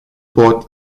pot